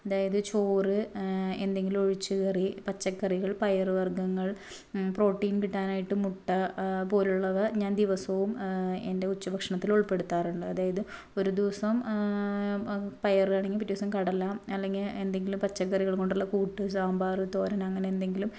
അതായത് ചോറ് എന്തെങ്കിലു ഒഴിച്ച് കറി പച്ചക്കറികള് പയറ് വര്ഗ്ഗങ്ങള് പ്രോട്ടീന് കിട്ടാനായിട്ട് മുട്ട പോലുള്ളവ ഞാന് ദിവസവും എന്റെ ഉച്ചഭക്ഷണത്തിൽ ഉള്പ്പെടുത്താറുണ്ട് അതായത് ഒരു ദിവസം പയറാണെങ്കില് പിറ്റേ ദിവസം കടല അല്ലെങ്കിൽ എന്തെങ്കിലും പച്ചക്കറികൾ കൊണ്ടുള്ള കൂട്ട് സാമ്പാർ തോരന് അങ്ങനെ എന്തെങ്കിലും